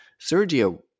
Sergio